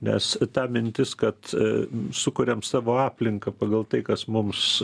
nes ta mintis kad sukuriam savo aplinką pagal tai kas mums